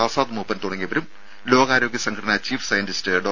ആസാദ് മൂപ്പൻ തുടങ്ങിയവരും ലോകാരോഗ്യ സംഘടനാ ചീഫ് സയന്റിസ്റ്റ് ഡോ